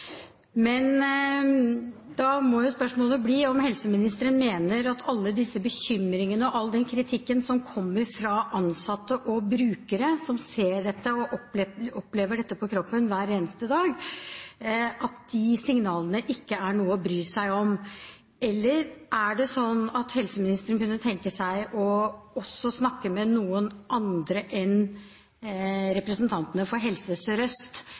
Men da må jo spørsmålet bli om helseministeren mener at alle disse bekymringene og all den kritikken som kommer fra ansatte og brukere som ser dette, og som føler dette på kroppen hver eneste dag, er signaler det ikke er noe å bry seg om. Eller er det slik at helseministeren kunne tenke seg også å snakke med noen andre enn representantene for Helse